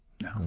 No